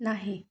नाही